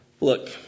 look